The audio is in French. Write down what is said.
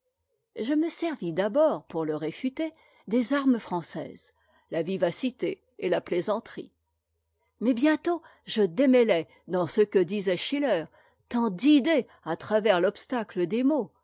je me servis d'abord pour le réfuter dos armes françaises la vivacité et la plaisanterie mais bientôt je démêlai dans ce que disait schiller tant d'idées à travers l'obstacle des mots